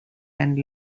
and